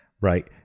right